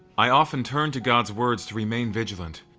i often turned to god's words to remain vigilant,